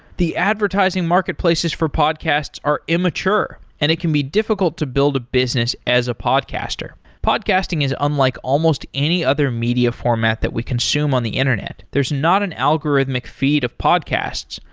the advertising marketplaces for podcasts are immature and it can be difficult to build a business as a podcaster. podcasting is unlike almost any other media format that we consume on the internet. there's not an algorithmic feed of podcasts.